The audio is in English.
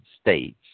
states